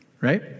right